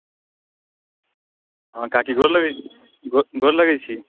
हँ काकी गोर लगैत छी गो गोर लगैत छी